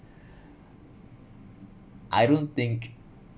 I don't think